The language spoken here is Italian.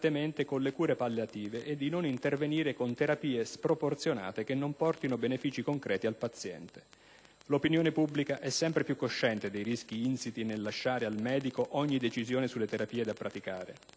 con le cure palliative e di non intervenire con terapie sproporzionate che non portino benefici concreti al paziente. L'opinione pubblica è sempre più cosciente dei rischi insiti nel lasciare al medico ogni decisione sulle terapie da praticare.